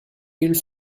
healed